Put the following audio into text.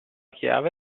chiave